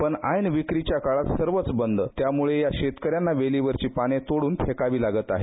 पण आयर्न विक्रीच्या काळात सर्वच बंद त्यामुळे या शेतकऱ्यांना वेलीवरची पाने तोड्रन फेकावी लागत आहेत